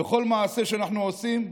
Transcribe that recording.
בכל מעשה שאנחנו עושים,